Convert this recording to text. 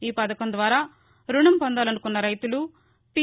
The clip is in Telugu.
ఈ పధకం ద్వారా రుణం పొందాలనుకున్న రైతులు పి